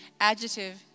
adjective